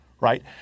right